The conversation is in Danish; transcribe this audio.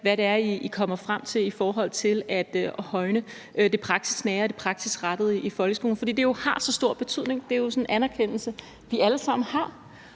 hvad det er, I kommer frem til, i forhold til at højne det praksisnære og det praksisrettede i folkeskolen, fordi det jo har så stor betydning. Det er jo sådan en anerkendelse, vi alle sammen har.